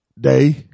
day